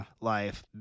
life